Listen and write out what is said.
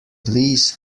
please